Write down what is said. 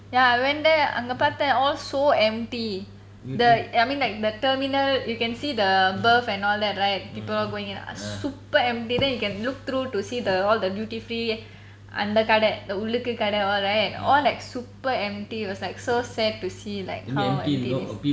ya I went there அங்க பார்த்தா:anga paartha all so empty the I mean like the the terminal you can see the berth and all that right people going in are super empty then you can look through to see the all the duty free அந்த கடை அந்த உள்ளுக்க கடை:antha kadai antha ulluka kadai all right all like super empty it was like so sad to see like how empty this